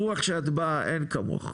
הרוח שאת באה, אין כמוך,